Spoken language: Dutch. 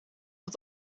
tot